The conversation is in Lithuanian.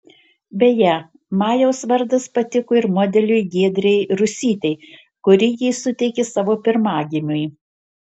beje majaus vardas patiko ir modeliui giedrei rusytei kuri jį suteikė savo pirmagimiui